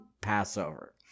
Passover